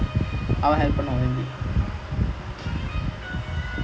oh shit okay lah if it's like decent then I don't mind lah but